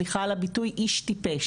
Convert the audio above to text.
סליחה על הביטוי, איש טיפש.